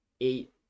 eight